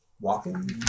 walking